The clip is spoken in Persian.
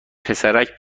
پسرک